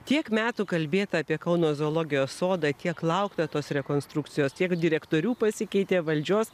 tiek metų kalbėta apie kauno zoologijos sodą kiek laukta tos rekonstrukcijos tiek direktorių pasikeitė valdžios